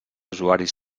usuaris